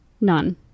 None